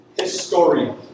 historian